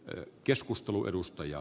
arvoisa herra puhemies